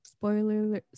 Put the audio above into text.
Spoiler